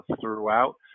throughout